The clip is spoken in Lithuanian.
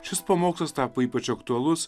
šis pamokslas tapo ypač aktualus